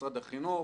משרד החינוך,